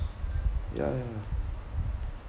yeah yeah yeah